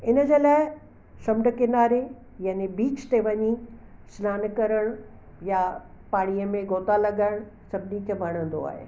इनजे लाइ समुंड किनारे यानि बीच ते वञी स्नानु करण या पाणीअ में गोता लॻाएण सभिनी खे वणंदो आहे